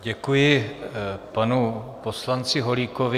Děkuji panu poslanci Holíkovi.